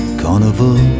carnival